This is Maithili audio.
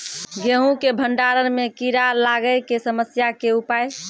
गेहूँ के भंडारण मे कीड़ा लागय के समस्या के उपाय?